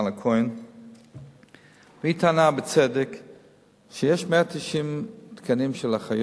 כזאת ועומס שכזה, אז כל אחות